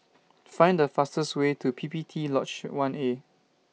Find The fastest Way to P P T Lodge one A